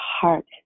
heart